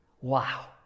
Wow